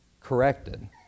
corrected